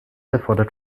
erfordert